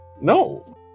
No